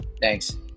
thanks